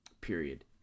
period